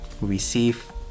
receive